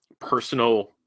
personal